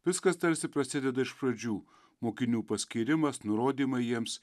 viskas tarsi prasideda iš pradžių mokinių paskyrimas nurodymai jiems